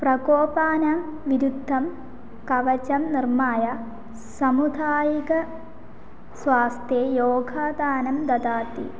प्रकोपानां विरुद्धं कवचं निर्माय सामुदायिकस्वास्थ्यं योगदानं ददाति